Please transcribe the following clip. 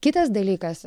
kitas dalykas